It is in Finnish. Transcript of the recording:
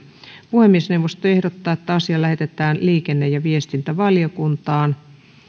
puhemiesneuvosto ehdottaa että asia lähetetään liikenne ja viestintävaliokuntaan